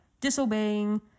disobeying